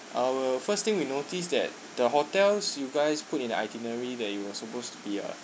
our first thing we notice that the hotels you guys put in the itinerary that it was supposed to be a